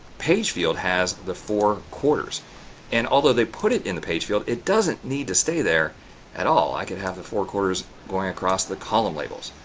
page fields has the four quarters and although they put it in the page field, it doesn't need to stay there at all. i can have the four quarters going across the column labels,